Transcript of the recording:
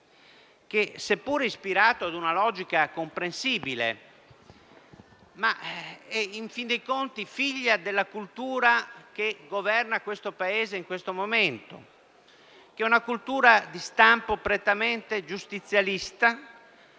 legge, seppure ispirato ad una logica comprensibile, in fin dei conti è figlio della cultura che governa questo Paese in questo momento, una cultura di stampo prettamente giustizialista